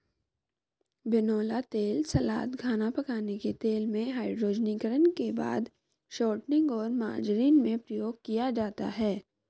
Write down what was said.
बिनौला तेल सलाद, खाना पकाने के तेल में, हाइड्रोजनीकरण के बाद शॉर्टनिंग और मार्जरीन में प्रयोग किया जाता है